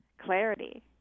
Clarity